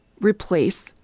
replace